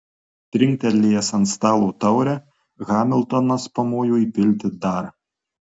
trinktelėjęs ant stalo taurę hamiltonas pamojo įpilti dar